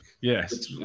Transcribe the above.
Yes